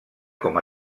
com